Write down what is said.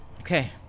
Okay